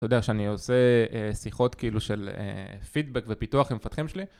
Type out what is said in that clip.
אתה יודע שאני עושה שיחות כאילו של פידבק ופיתוח עם המפתחים שלי